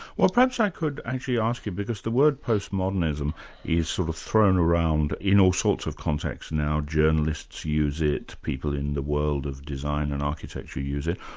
well perhaps i could actually ask you, because the word postmodernism is sort of thrown around in all sorts of contexts now journalists use it, people in the world of design and architecture use it.